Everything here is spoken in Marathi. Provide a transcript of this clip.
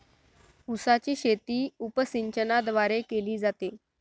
उसाची शेती उपसिंचनाद्वारे केली जाते